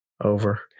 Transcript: Over